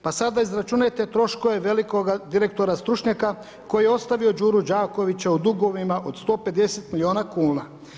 Pa sad izračunajte troškove velikoga direktora stručnjaka, koji je ostavio Đuru Đakovića u dugovima od 150 milijuna kuna.